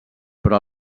però